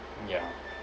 yeah